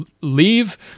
leave